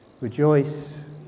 Rejoice